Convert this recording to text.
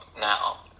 now